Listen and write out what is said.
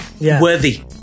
worthy